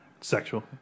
sexual